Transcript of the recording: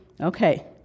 okay